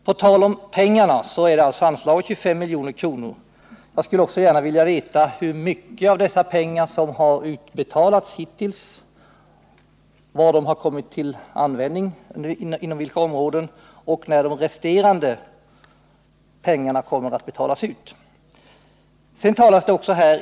För att återgå till frågan om de pengar som har anslagits, 25 milj.kr., skulle jag också gärna vilja veta hur mycket av dessa pengar som hittills har utbetalats, inom vilka områden de har kommit till användning och när de resterande pengarna kommer att betalas ut.